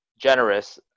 generous